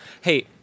hey